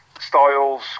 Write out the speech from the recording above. Styles